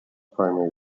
primary